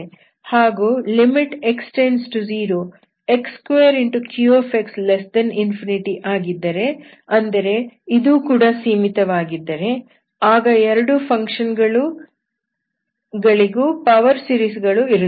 ಹಾಗೂ x→0 x2qx∞ ಆಗಿದ್ದರೆ ಅಂದರೆ ಇದು ಕೂಡ ಸೀಮಿತವಾಗಿದ್ದರೆ ಆಗ 2 ಫಂಕ್ಷನ್ ಗಳಿಗೂ ಪವರ್ ಸೀರೀಸ್ ಗಳು ಇರುತ್ತವೆ